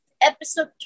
episode